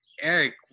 Eric